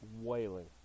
wailing